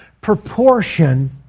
proportion